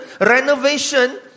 renovation